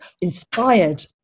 inspired